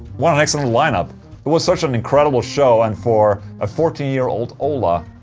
what an excellent lineup it was such an incredible show and for a fourteen-year-old ola.